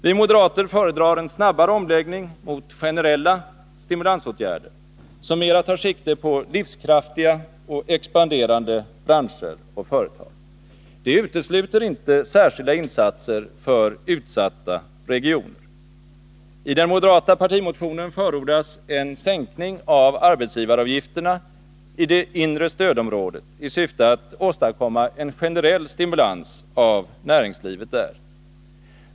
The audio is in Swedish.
Vi moderater föredrar en snabbare omläggning mot generella stimulansåtgärder, som mera tar sikte på livskraftiga och expanderande branscher och företag. Det utesluter inte särskilda insatser för utsatta regioner. I den moderata partimotionen förordas en sänkning av arbetsgivaravgifterna i det inre stödområdet i syfte att åstadkomma en generell stimulans av näringslivet där.